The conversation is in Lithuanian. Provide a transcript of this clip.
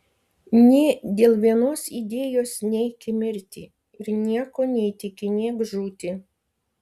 nė dėl vienos idėjos neik į mirtį ir nieko neįtikinėk žūti